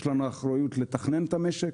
יש לנו אחריות לתכנן את המשק